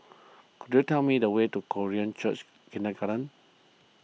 could you tell me the way to Korean Church Kindergarten